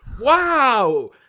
wow